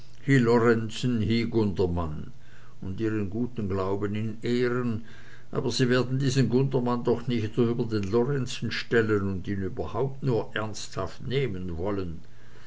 und ihren guten glauben in ehren aber sie werden diesen gundermann doch nicht über den lorenzen stellen und ihn überhaupt nur ernsthaft nehmen wollen